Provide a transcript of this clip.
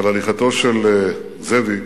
אבל הליכתו של זאביק